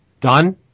Done